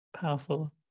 powerful